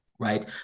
right